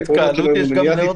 התקהלות יש גם באוטובוס.